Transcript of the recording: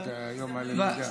מסיבת יום הלמידה.